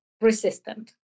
resistant